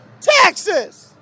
Texas